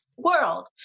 world